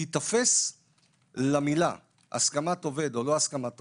להיתפס למילים הסכמת עובד/לא הסכמת עובד,